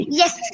yes